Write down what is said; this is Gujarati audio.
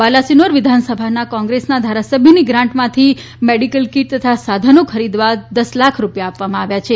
બાલાસિનોર વિધાનસભાના કોંગ્રેસના ધારાસભ્યની ગ્રાંટમાંથી મેડીકલ કીટ તથા સાધનો લાવવા દસ લાખ રૂપિયા આ વામાં આવ્યા છે